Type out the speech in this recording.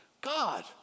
God